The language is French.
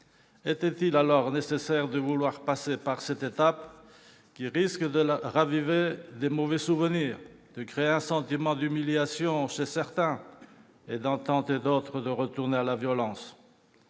était-il nécessaire d'en passer par cette étape, qui risque de raviver de mauvais souvenirs, de créer un sentiment d'humiliation chez certains, d'en tenter d'autres de retourner à la violence ?